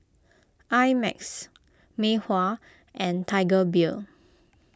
I Max Mei Hua and Tiger Beer